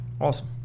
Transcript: Awesome